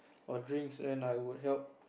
or drinks then I would help